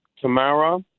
Tamara